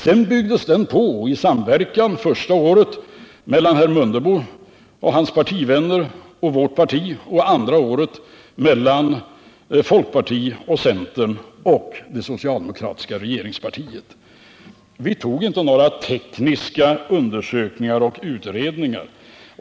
Sedan byggdes den på i samverkan, första året mellan herr Mundebo och hans partivänner samt vårt parti och andra året mellan folkpartiet, centern och det socialdemokratiska regeringspartiet. Vi gjorde inte först några tekniska undersökningar och utredningar.